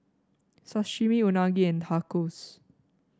Sashimi Unagi and Tacos